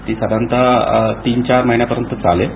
ती साधारणतः तीन ते चार महिन्यांपर्यंत चालेल